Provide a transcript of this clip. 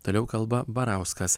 toliau kalba barauskas